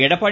Edappadi